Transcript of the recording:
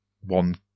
one